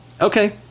Okay